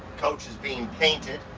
coaches being painted.